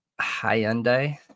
Hyundai